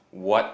what